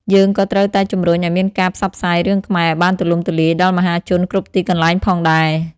យើងក៏ត្រូវតែជំរុញឲ្យមានការផ្សព្វផ្សាយរឿងខ្មែរឲ្យបានទូលំទូលាយដល់មហាជនគ្រប់ទីកន្លែងផងដែរ។